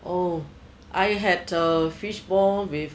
oh I had a fishball with